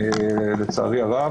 לצערי הרב.